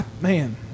Man